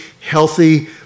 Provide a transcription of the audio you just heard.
healthy